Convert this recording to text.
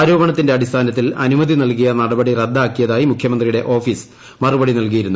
ആരോപണത്തിന്റെ അടിസ്ഥാനത്തിൽ അനുമതി നൽകിയ നടപടി റദ്ദാക്കിയതായി മുഖ്യമന്ത്രിയുടെ ഓഫീസ് മറുപടി നൽകിയിരുന്നു